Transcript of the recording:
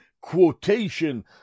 quotation